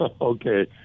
Okay